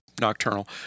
nocturnal